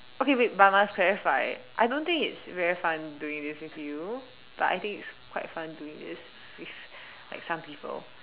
okay wait but I must clarify I don't think it's very fun doing this with you but I think it's quite fun doing this with like some people